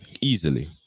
easily